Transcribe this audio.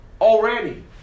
already